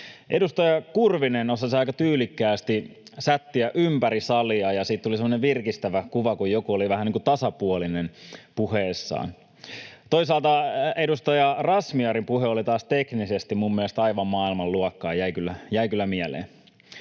Edustaja Kurvinen osasi aika tyylikkäästi sättiä ympäri salia, ja siitä tuli semmoinen virkistävä kuva, kun joku oli vähän niin kuin tasapuolinen puheessaan. Toisaalta edustaja Razmyarin puhe oli taas teknisesti minun mielestäni aivan maailmanluokkaa, jäi kyllä mieleen.